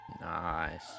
Nice